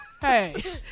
Hey